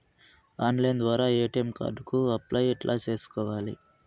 Online ద్వారా ATM card కు apply ఎట్లా సేసుకోవాలి?